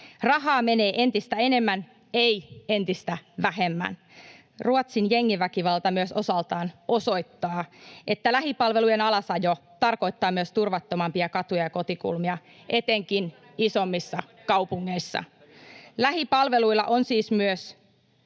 Rahaa menee entistä enemmän, ei entistä vähemmän. Ruotsin jengiväkivalta myös osaltaan osoittaa, että lähipalvelujen alasajo tarkoittaa myös turvattomampia katuja ja kotikulmia, etenkin isommissa kaupungeissa. [Annika Saarikon välihuuto]